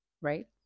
right